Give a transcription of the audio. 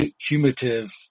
cumulative